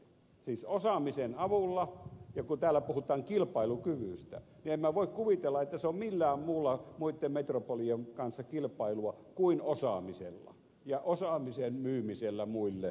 siis osaamisen avulla ja kun täällä puhutaan kilpailukyvystä niin en minä voi kuvitella että se on millään muulla muitten metropolien kanssa kilpailua kuin osaamisella ja osaamisen myymisellä muille